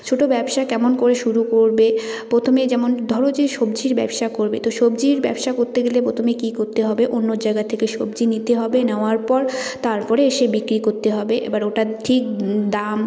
ছোটো ব্যবসা কেমন করে শুরু করবে প্রথমে যেমন ধরো যে সবজির ব্যবসা করবে তো সবজির ব্যবসা করতে গেলে প্রথমে কী করতে হবে অন্য জায়গা থেকে সবজি নিতে হবে নাওয়ার পর তারপরে এসে বিক্রি করতে হবে এবার ওটার ঠিক দাম